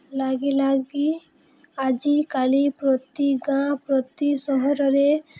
ଲାଗି ଲାଗି ଆଜିକାଲି ପ୍ରତି ଗାଁ ପ୍ରତି ସହରରେ